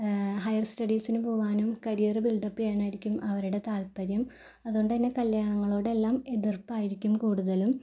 higher സ്റ്റഡീസിന് പോകാനും career build up ചെയ്യാനായിരിക്കും അവരുടെ താൽപ്പര്യം അതുകൊണ്ടന്നെ കല്യാണങ്ങളോട് എല്ലാം എതിർപ്പായിരിക്കും കൂടുതലും